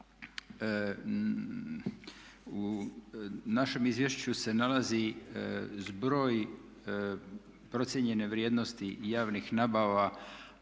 U našem izvješću se nalazi zbroj procijenjene vrijednosti javnih nabava,